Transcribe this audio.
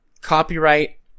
copyright